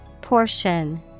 Portion